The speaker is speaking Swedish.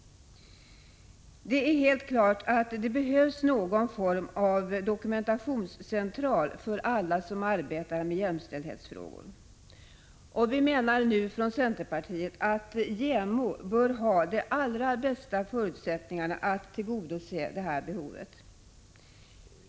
Det är helt klart att det behövs någon form av dokumentationscentral för alla som arbetar med jämställdhetsfrågor. Vi menar från centerpartiets sida att JämO bör ha de allra bästa förutsättningarna att tillgodose det behovet.